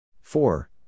Four